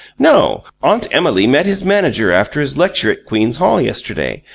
no, aunt emily met his manager after his lecture at queen's hall yesterday,